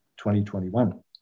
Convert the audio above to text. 2021